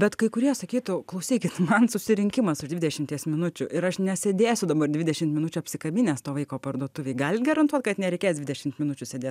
bet kai kurie sakytų klausykit man susirinkimas už dvidešimties minučių ir aš nesėdėsiu dabar dvidešimt minučių apsikabinęs to vaiko parduotuvėj galit garantuot kad nereikės dvidešimt minučių sėdėt